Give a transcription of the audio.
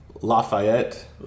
Lafayette